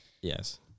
yes